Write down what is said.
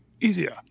easier